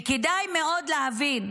וכדאי מאוד להבין,